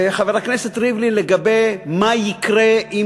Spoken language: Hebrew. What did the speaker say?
חבר הכנסת ריבלין, מה יקרה עם